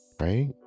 Right